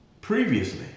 previously